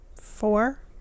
four